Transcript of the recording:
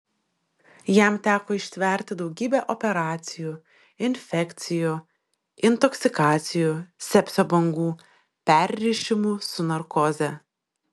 jam teko ištverti daugybę operacijų infekcijų intoksikacijų sepsio bangų perrišimų su narkoze